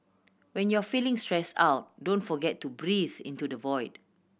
when you are feeling stress out don't forget to breathe into the void